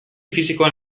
fisikoan